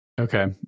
okay